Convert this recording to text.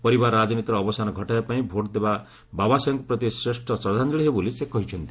ପରିବାର ରାଜନୀତିର ଅବସାନ ଘଟାଇବା ପାଇଁ ଭୋଟ୍ ଦେବା ବାବାସାହେବଙ୍କ ପ୍ରତି ଶ୍ରେଷ୍ଠ ଶ୍ରଦ୍ଧାଞ୍ଚଳି ହେବ ବୋଲିସେ କହିଛନ୍ତି